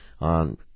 on